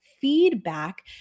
feedback